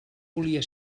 volia